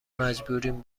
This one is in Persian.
مجبوریم